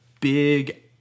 big